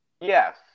Yes